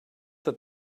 that